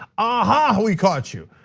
ah a-ha, we caught you.